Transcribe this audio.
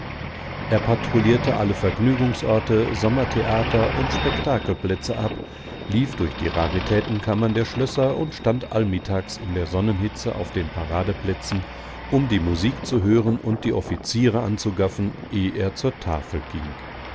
er patrouillierte alle vergnügungsorte sommertheater und spektakelplätze ab lief durch die raritätenkammern der schlösser und stand allmittags in der sonnenhitze auf den paradeplätzen um die musik zu hören und die offiziere anzugaffen eh er zur tafel ging